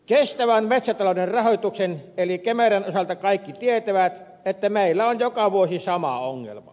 kestävän metsätalouden rahoituksen eli kemeran osalta kaikki tietävät että meillä on joka vuosi sama ongelma